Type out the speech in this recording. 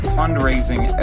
fundraising